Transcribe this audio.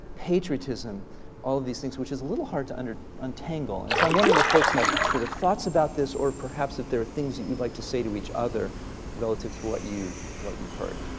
patriotism all of these things, which is a little hard to and untangle. and so i'm wondering if folks have sort of thoughts about this, or perhaps if there are things that you'd like to say to each other relative to what you've what you've heard.